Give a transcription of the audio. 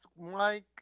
Mike